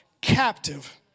captive